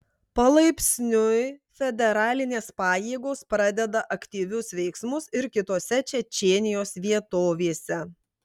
palaipsniui federalinės pajėgos pradeda aktyvius veiksmus ir kitose čečėnijos vietovėse